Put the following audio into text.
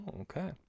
okay